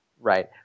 Right